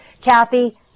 Kathy